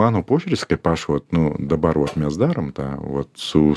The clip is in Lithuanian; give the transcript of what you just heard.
mano požiūris kaip aš vat nu dabar vot mes darom tą vat su